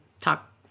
talk